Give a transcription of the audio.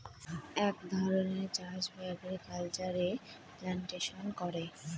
এক ধরনের চাষ বা এগ্রিকালচারে প্লান্টেশন করে